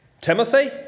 Timothy